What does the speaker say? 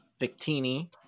Victini